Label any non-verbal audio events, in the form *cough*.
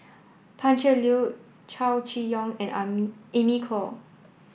Pan Cheng Lui Chow Chee Yong and *unintelligible* Amy Khor